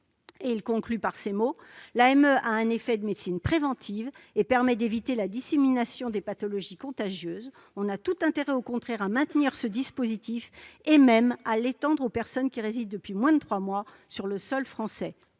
» Il conclut par ces mots :« L'AME a donc un effet de médecine préventive et permet d'éviter la dissémination des pathologies contagieuses. [...] On a tout intérêt, au contraire, à maintenir ce dispositif et même à l'étendre aux personnes qui résident depuis moins de trois mois sur le sol français. »